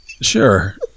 Sure